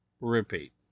repeat